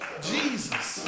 Jesus